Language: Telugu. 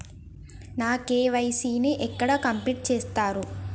నా కే.వై.సీ ని ఎక్కడ కంప్లీట్ చేస్తరు?